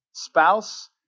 Spouse